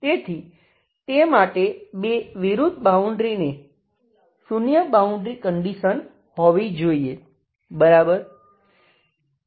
તેથી તે માટે બે વિરુદ્ધ બાઉન્ડ્રીને શૂન્ય બાઉન્ડ્રી કંડિશન હોવી જોઈએ બરાબર